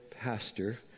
pastor